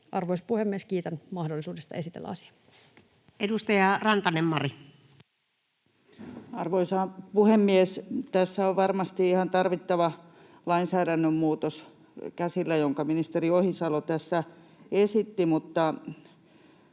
Arvoisa puhemies! Kiitän mahdollisuudesta esitellä asia. Edustaja Rantanen, Mari. Arvoisa puhemies! Tässä on varmasti käsillä ihan tarvittava lainsäädännön muutos, jonka ministeri Ohisalo tässä esitteli.